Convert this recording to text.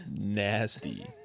Nasty